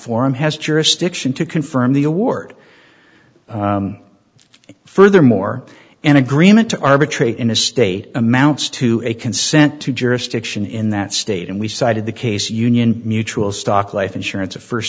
forum has jurisdiction to confirm the award furthermore an agreement to arbitrate in his state amounts to a consent to jurisdiction in that state and we decided the case union mutual stock life insurance a first